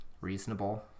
reasonable